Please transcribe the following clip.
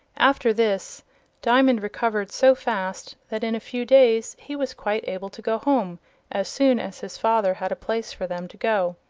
after this diamond recovered so fast, that in a few days he was quite able to go home as soon as his father had a place for them to go.